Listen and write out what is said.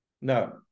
No